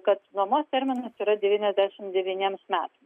kad nuomos terminas yra devyniasdešimt devyniems metams